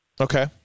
Okay